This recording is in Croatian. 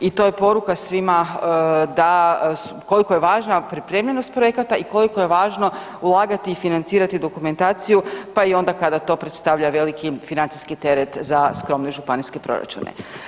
I to je poruka da koliko je važna pripremljenost projekata i koliko je važno ulagati i financirati dokumentaciju pa i onda kada to predstavlja veliki financijski teret za skromne županijske proračune.